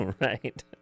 Right